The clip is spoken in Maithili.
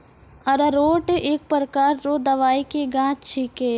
अरारोट एक प्रकार रो दवाइ के गाछ छिके